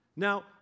Now